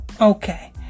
Okay